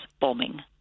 bombing